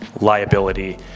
liability